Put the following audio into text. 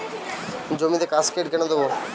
জমিতে কাসকেড কেন দেবো?